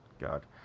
God